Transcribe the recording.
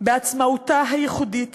בעצמאותה הייחודית